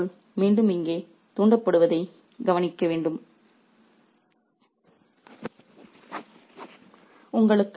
பேரழிவு என்ற சொல் மீண்டும் இங்கே தூண்டப்படுவதை கவனிக்க வேண்டியது அவசியம்